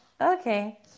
okay